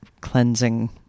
cleansing